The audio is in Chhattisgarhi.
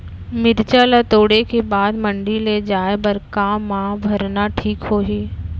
मिरचा ला तोड़े के बाद मंडी ले जाए बर का मा भरना ठीक होही?